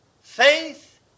Faith